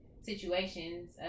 situations